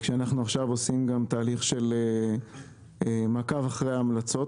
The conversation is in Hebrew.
אנחנו עכשיו עושים תהליך של מעקב אחרי המלצות,